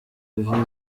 ivi